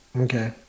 okay